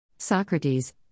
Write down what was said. Socrates